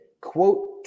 quote